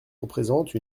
représente